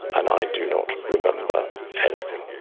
and i do not remember anything.